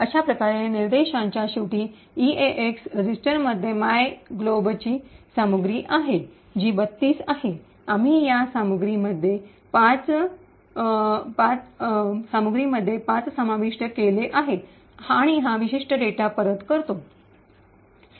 अशा प्रकारे या निर्देशांच्या शेवटी ईएएक्स रजिस्टरमध्ये मायग्लोबची सामग्री आहे जी 32 आहे आम्ही या सामग्रीमध्ये 5 समाविष्ट केली आणि हा विशिष्ट डेटा परत करतो